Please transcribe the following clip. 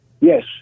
Yes